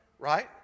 Right